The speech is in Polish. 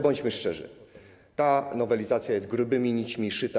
Bądźmy szczerzy, ta nowelizacja jest grubymi nićmi szyta.